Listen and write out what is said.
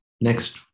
next